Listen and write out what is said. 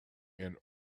and